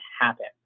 happen